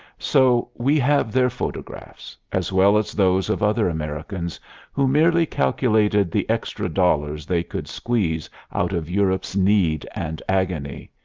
so we have their photographs, as well as those of other americans who merely calculated the extra dollars they could squeeze out of europe's need and agony.